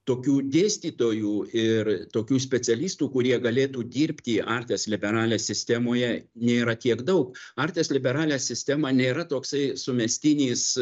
tokių dėstytojų ir tokių specialistų kurie galėtų dirbti artes liberales sistemoje nėra tiek daug artes liberales sistema nėra toksai sumestinis